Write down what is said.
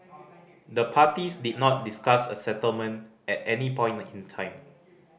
the parties did not discuss a settlement at any point in time